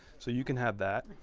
so you can have that.